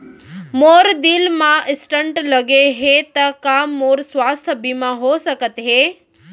मोर दिल मा स्टन्ट लगे हे ता का मोर स्वास्थ बीमा हो सकत हे?